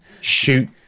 shoot